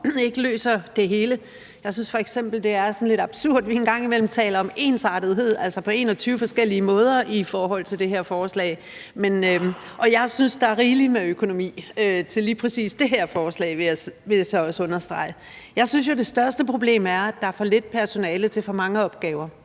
ikke løser det hele. Jeg synes f.eks., det er sådan lidt absurd, at vi en gang imellem taler om ensartethed på 21 forskellige måder i forhold til det her forslag. Og jeg synes, at der er rigeligt med økonomi til lige præcis det her forslag, vil jeg så også understrege. Jeg synes jo, at det største problem er, at der er for lidt personale til for mange opgaver,